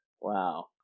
Wow